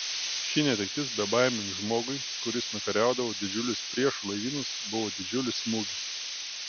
ši netektis bebaimiam žmogui kuris nukariaudavo didžiulius priešų laivynus buvo didžiulis smūgis